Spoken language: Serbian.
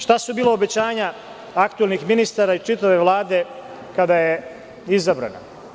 Šta su bila obećanja aktuelnih ministara i čitave Vlade kada je izabrana?